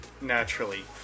naturally